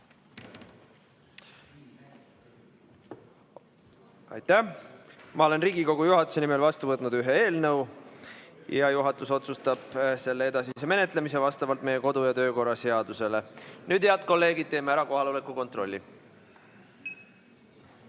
Aitäh! Ma olen Riigikogu juhatuse nimel vastu võtnud ühe eelnõu ja juhatus otsustab selle edasise menetlemise vastavalt meie kodu‑ ja töökorra seadusele. Nüüd, head kolleegid, teeme ära kohaloleku kontrolli.